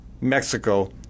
Mexico